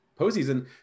postseason